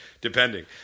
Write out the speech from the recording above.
depending